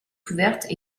ouverte